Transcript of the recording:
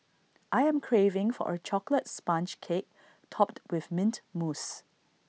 I am craving for A Chocolate Sponge Cake Topped with Mint Mousse